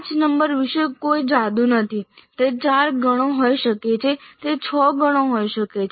પાંચ નંબર વિશે કોઈ જાદુ નથી તે ચાર ગણો હોઈ શકે તે છ ગણો હોઈ શકે